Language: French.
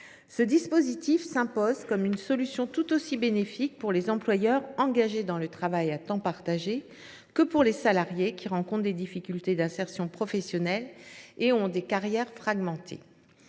Ce dispositif s’impose comme une solution tout aussi bénéfique pour les employeurs engagés dans le travail à temps partagé que pour les salariés qui rencontrent des difficultés d’insertion professionnelle et ont des carrières fragmentées.